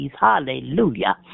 hallelujah